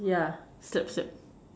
yeah